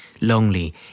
lonely